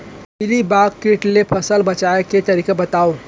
Mealybug किट ले फसल बचाए के तरीका बतावव?